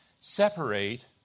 separate